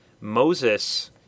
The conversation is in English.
Moses